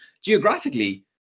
geographically